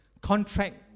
contract